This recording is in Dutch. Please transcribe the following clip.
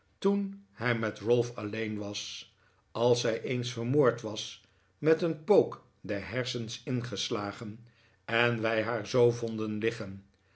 toen hij met ralph alleen was als zij eens vermoord was met een pook de hersens ingeslagen en wij haar zoo vonden liggen